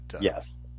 Yes